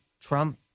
Trump